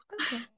Okay